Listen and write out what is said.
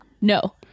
No